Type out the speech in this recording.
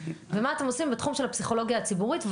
ומה אתם עושים בתחום של הפסיכולוגיה הציבורית?